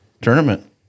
tournament